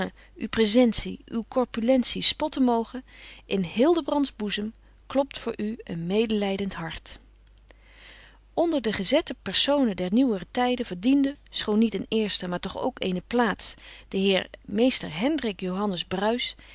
uw presentie uw corpulentie spotten moge in hildebrands boezem klopt voor u een medelijdend hart onder de gezette personen der nieuwere tijden verdiende schoon niet een eerste maar toch ook eene plaats de heer mr hendrik johannes bruis